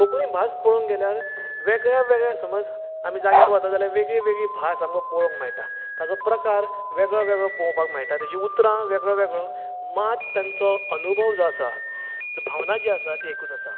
कोंकणी भास पळोवंक गेल्यार वेगळ्या वेगळ्या समज आमी जाग्यार वता जाल्यार वेगळी वेगळी भास आकां पळोवंक मेळटा ताचो प्रकार वेगळो वेगळो आमकां पळोवपाक मेळटा तेची उतारां वेगळो वेगळो मात तांचो अनुभव जो आसा भावना जीं आसा एकूच आसा